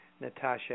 Natasha